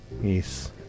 Yes